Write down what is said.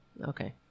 Okay